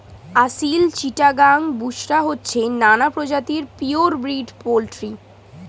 আসিল, চিটাগাং, বুশরা হচ্ছে নানা প্রজাতির পিওর ব্রিড পোল্ট্রি